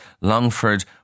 Longford